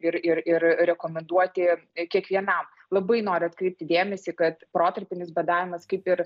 ir ir ir rekomenduoti kiekvienam labai noriu atkreipti dėmesį kad protarpinis badavimas kaip ir